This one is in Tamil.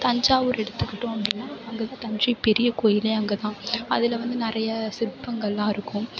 தஞ்சாவூர் எடுத்துகிட்டோம் அப்படினா அங்கே இருக்கிற தஞ்சை பெரியகோவிலே அங்கே தான் அதில் வந்து நிறைய சிற்பங்களெலாம் இருக்கும்